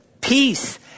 Peace